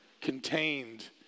contained